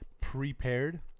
prepared